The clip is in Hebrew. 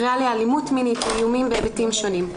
קריאה לאלימות מינית או איומים בהיבטים שונים.